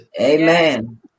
Amen